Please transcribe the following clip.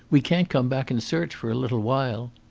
we can't come back and search for a little while.